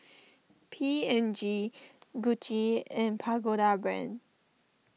P and G Gucci and Pagoda Brand